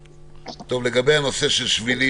לגבי הנושא של שבילים